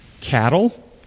cattle